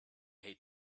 hate